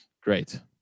Great